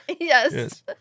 Yes